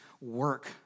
work